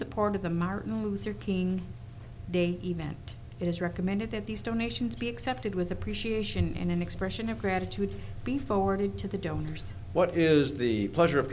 support of the martin luther king day event it is recommended that these donations be accepted with appreciation and an expression of gratitude be forwarded to the donors what is the pleasure of